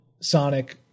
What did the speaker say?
Sonic